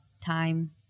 time